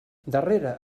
darrere